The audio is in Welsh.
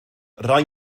rai